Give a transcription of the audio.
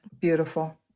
Beautiful